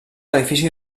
edifici